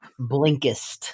Blinkist